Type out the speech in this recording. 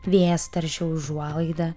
vėjas taršė užuolaidą